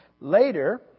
Later